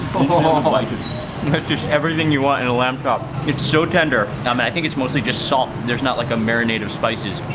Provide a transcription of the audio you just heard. ah and like it's just everything you want in a lamb chop. it's so tender, um and i think it's mostly just salt. there's not like a marinade of spices.